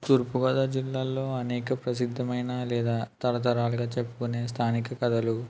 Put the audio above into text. తూర్పు గోదావరి జిల్లాలో అనేక ప్రసిద్ధమైన లేదా తరతరాలుగా చెప్పుకొనే స్థానిక కథలు